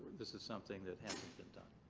this is something that hasn't been done.